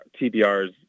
TBR's